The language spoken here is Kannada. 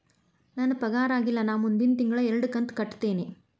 ನನ್ನ ಪಗಾರ ಆಗಿಲ್ಲ ನಾ ಮುಂದಿನ ತಿಂಗಳ ಎರಡು ಕಂತ್ ಕಟ್ಟತೇನಿ